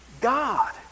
God